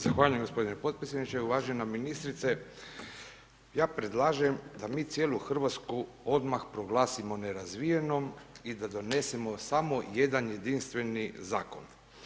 Zahvaljujem gospodine podpredsjedniče, uvažena ministrice, ja predlažem da mi cijelu Hrvatsku odmah proglasimo nerazvijenom i da donesemo samo jedan jedinstveni zakon.